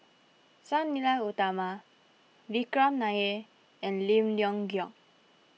Sang Nila Utama Vikram Nair and Lim Leong Geok